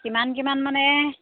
কিমান কিমান মানে